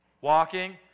Walking